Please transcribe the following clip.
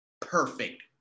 perfect